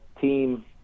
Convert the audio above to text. team